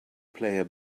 player